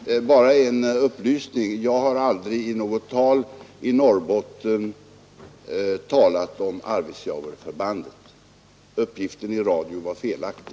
Herr talman! Jag vill bara ge en upplysning: Jag har aldrig i något tal i Norrbotten talat om Arvidsjaurförbandet. Uppgiften i radio var felaktig.